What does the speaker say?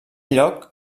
lloc